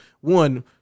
one